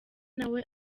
nawe